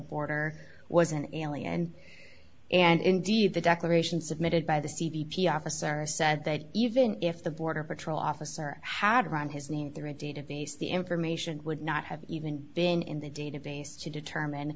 border was an alien and indeed the declaration submitted by the c v officer said that even if the border patrol officer had run his name through a database the information would not have even been in the database to determine